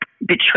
betray